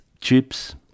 chips